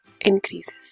increases